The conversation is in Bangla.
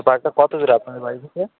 পার্কটা কতো দূরে আপনাদের বাড়ি থেকে